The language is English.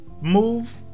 move